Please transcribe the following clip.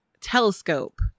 telescope